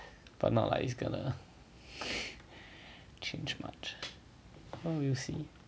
but not like it's going to change much oh we'll see